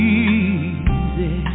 easy